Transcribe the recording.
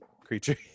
creature